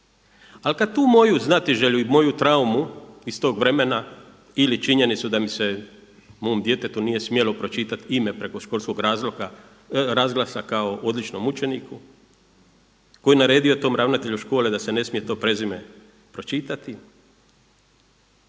ali kada tu moju znatiželju i moju traumu iz tog vremena ili činjenicu da mi se mom djetetu nije smjelo pročitati ime preko školskog razglasa kao odličnom učeniku, koji je naredio tom ravnatelju škole da se ne smije to prezime pročitati,